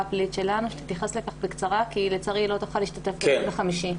הפלילית שלנו שתתייחס לכך בקצרה כי לצערי היא לא תוכל להשתתף ביום חמישי?